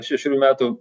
šešerių metų